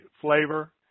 flavor